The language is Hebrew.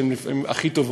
שהן לפעמים הכי טובות.